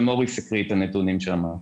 ומוריס הקריא את הנתונים שם.